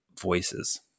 voices